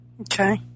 Okay